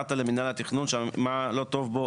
הערת למינהל התכנון מה לא טוב בו,